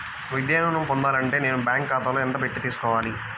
విద్యా ఋణం పొందాలి అంటే నేను బ్యాంకు ఖాతాలో ఎంత పెట్టి తీసుకోవాలి?